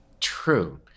True